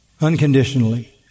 unconditionally